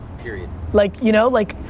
period. like you know? like,